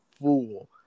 fool